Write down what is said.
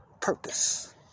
purpose